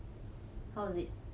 oh how was it